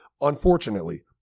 Unfortunately